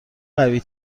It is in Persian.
قوی